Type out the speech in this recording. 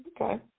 Okay